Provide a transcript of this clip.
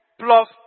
plus